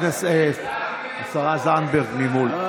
השרה זנדברג ממול.